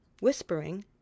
whispering